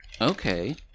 Okay